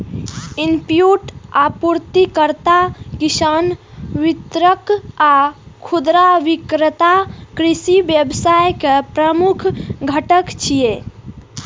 input आपूर्तिकर्ता, किसान, वितरक आ खुदरा विक्रेता कृषि व्यवसाय के प्रमुख घटक छियै